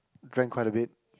drank quite a bit